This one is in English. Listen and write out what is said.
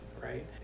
right